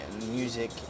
music